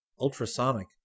ultrasonic